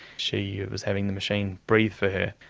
she was having the machine breathe for her.